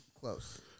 close